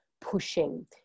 pushing